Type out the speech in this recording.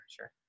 Sure